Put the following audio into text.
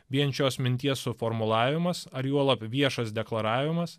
vien šios minties suformulavimas ar juolab viešas deklaravimas